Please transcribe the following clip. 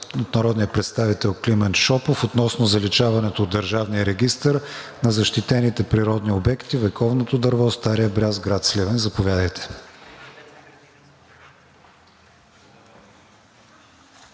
от народния представител Климент Шопов относно заличаването от Държавния регистър на защитените природни обекти вековното дърво „Стария бряст“ в град Сливен. Заповядайте.